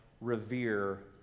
revere